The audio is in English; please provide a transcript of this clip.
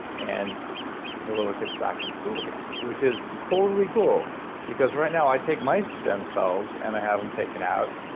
and the little kid is back in school again which is totally cool because, right now, i take my stem cells. and i have them taken out,